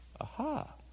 Aha